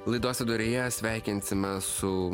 laidos viduryje sveikinsimės su